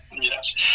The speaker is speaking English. Yes